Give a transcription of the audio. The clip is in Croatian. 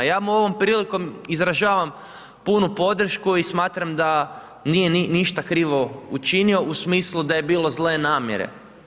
Ja mu ovom prilikom izražavam punu podršku i smatram da nije ništa krivo učinio u smislu da je bilo zle namjere.